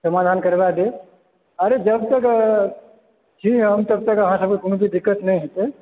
समाधान करबाय देब अरे जबतक छी हम तब तक अहाँ सबकेँ कोनो भी दिक्कत नहि हेतै